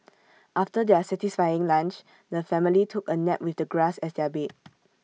after their satisfying lunch the family took A nap with the grass as their bed